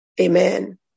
Amen